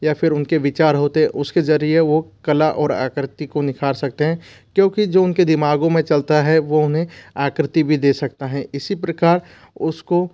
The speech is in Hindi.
या फिर उनके विचार होते उसके जरिए वह कला और आकृति को निख़ार सकते हैं क्योंकि जो उनके दिमागों में चलता है वह उन्हें आकृति भी दे सकता है इसी प्रकार उसको